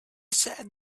said